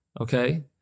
Okay